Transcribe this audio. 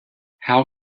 how